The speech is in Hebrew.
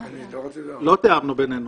לא תיאמנו בינינו.